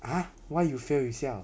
!huh! why you fail you siao